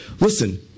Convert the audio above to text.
Listen